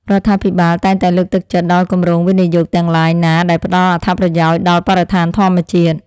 រដ្ឋាភិបាលតែងតែលើកទឹកចិត្តដល់គម្រោងវិនិយោគទាំងឡាយណាដែលផ្តល់អត្ថប្រយោជន៍ដល់បរិស្ថានធម្មជាតិ។